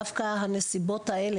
דווקא הנסיבות האלה,